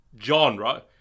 genre